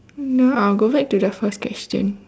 no I'll go back to the first question